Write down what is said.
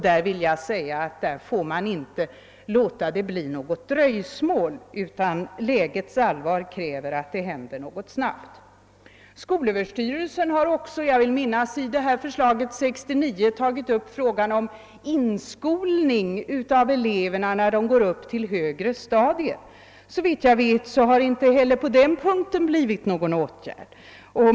Det får inte bli något dröjsmål, utan lägets allvar kräver att något händer snabbt. Skolöverstyrelsen har också — jag vill minnas att det var i förslaget från 1969 — tagit upp frågan om inskolning av eleverna, när de går upp till högre stadier. Såvitt jag vet har det inte heller på den punkten vidtagits någon åtgärd.